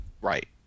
Right